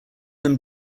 them